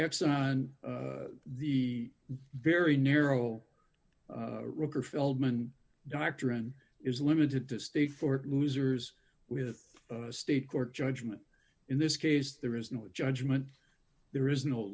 on the very narrow ricker feldman doctrine is limited to stay for losers with state court judgement in this case there is no judgement there is no